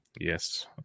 Yes